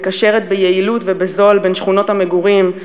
מקשרת ביעילות ובזול בין שכונות המגורים,